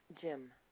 Jim